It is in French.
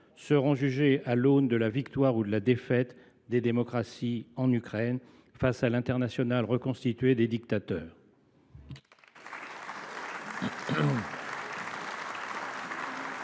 seront jugés à l’aune de la victoire ou de la défaite des démocraties en Ukraine face à l’internationale reconstituée des dictateurs.